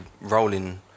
rolling